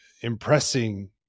impressing